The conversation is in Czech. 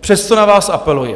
přesto na vás apeluji.